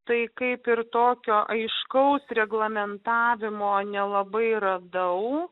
tai kaip ir tokio aiškaus reglamentavimo nelabai radau